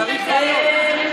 צריך ראיות.